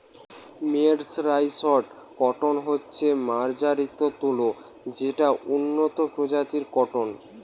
mercerised cotton হচ্ছে মার্জারিত তুলো যেটা উন্নত প্রজাতির কট্টন